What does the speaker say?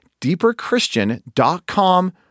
deeperchristian.com